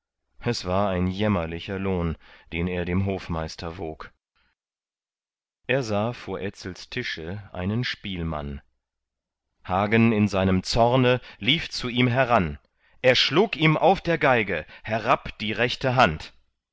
es war ein jämmerlicher lohn den er dem hofmeister wog er sah vor etzels tische einen spielmann hagen in seinem zorne lief zu ihm heran er schlug ihm auf der geige herab die rechte hand